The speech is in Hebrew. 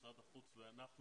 משרד החוץ ואנחנו,